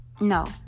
no